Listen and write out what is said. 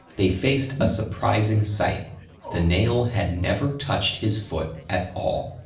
they faced a surprising sight the nail had never touched his foot at all.